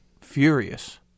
furious